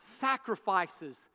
sacrifices